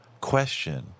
question